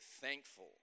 thankful